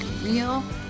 real